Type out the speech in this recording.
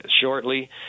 shortly